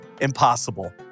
impossible